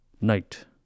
Night